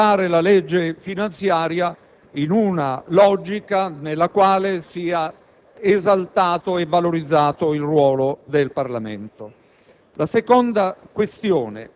d'ora in avanti, di affrontare la legge finanziaria in una logica nella quale sia esaltato e valorizzato il ruolo del Parlamento.